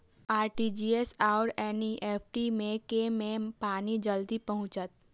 RTGS आओर NEFT मे केँ मे पानि जल्दी पहुँचत